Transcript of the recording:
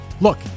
Look